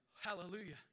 Hallelujah